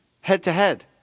head-to-head